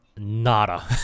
nada